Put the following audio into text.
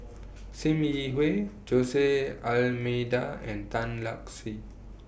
SIM Yi Hui Josey Almeida and Tan Lark Sye